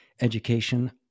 education